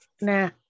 Nah